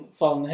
van